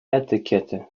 etykiety